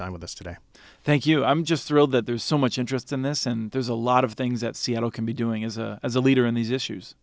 time with us today thank you i'm just thrilled that there's so much interest in this and there's a lot of things that seattle can be doing as a as a leader in these issues